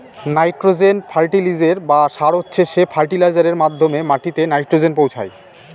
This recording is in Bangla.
নাইট্রোজেন ফার্টিলিসের বা সার হচ্ছে সে ফার্টিলাইজারের মাধ্যমে মাটিতে নাইট্রোজেন পৌঁছায়